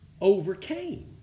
overcame